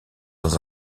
dans